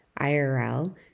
IRL